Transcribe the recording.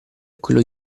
quello